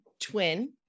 twin